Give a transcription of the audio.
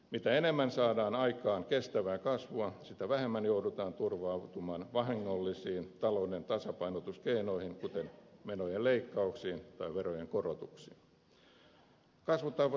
mitä enemmän saadaan aikaan kestävää kasvua sitä vähemmän joudutaan turvautumaan vahingollisiin talouden tasapainotuskeinoihin kuten menojen leikkauksiin tai verojen korotuksiin